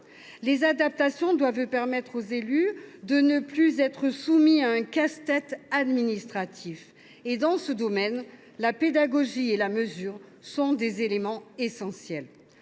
en œuvre doivent permettre aux élus de ne plus être soumis à un casse tête administratif. Dans ce domaine, la pédagogie et la mesure sont des éléments essentiels.